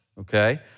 okay